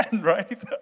right